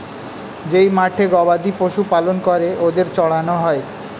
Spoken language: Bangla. যেই মাঠে গবাদি পশু পালন করে ওদের চড়ানো হয়